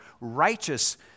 righteous